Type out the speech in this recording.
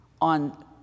on